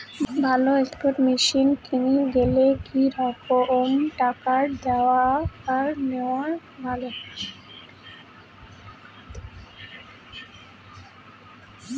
ভালো spray machine কিনির গেলে কি রকম টাকা দিয়া নেওয়া ভালো?